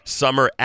summer